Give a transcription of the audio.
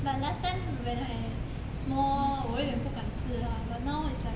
but last time when I small 我有一点不敢吃啦 but now is like